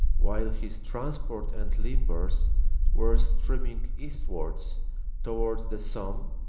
while his transport and limbers were streaming eastwards towards the somme,